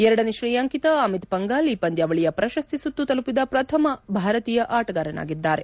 ಎರಡನೇ ಕ್ರೇಯಾಂಕಿತ ಅಮಿತ್ ಪಂಘಾಲ್ ಈ ಪಂದ್ಯಾವಳಿಯ ಪ್ರಶಸ್ತಿ ಸುತ್ತು ತಲುಪಿದ ಪ್ರಥಮ ಭಾರತೀಯ ಆಟಗಾರರಾಗಿದ್ದಾರೆ